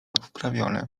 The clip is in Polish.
wprawione